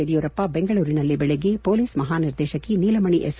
ಯಡಿಯೂರಪ್ಪ ಬೆಂಗಳೂರಿನಲ್ಲಿ ಬೆಳಗ್ಗೆ ಮೊಲೀಸ್ ಮಹಾ ನಿರ್ದೇಶಕಿ ನೀಲಮಣಿ ಎಸ್